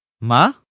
Ma